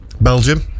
Belgium